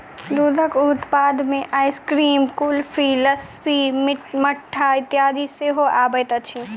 दूधक उत्पाद मे आइसक्रीम, कुल्फी, लस्सी, मट्ठा इत्यादि सेहो अबैत अछि